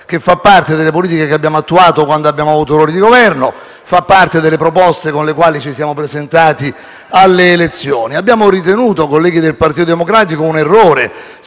che fa parte delle politiche che abbiamo attuato quando abbiamo avuto ruoli di Governo e delle proposte con le quali ci siamo presentati alle elezioni. Abbiamo ritenuto, colleghi del Partito Democratico, un errore